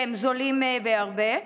שהם זולים בהרבה,